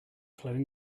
clone